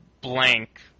Blank